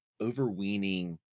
overweening